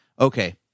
okay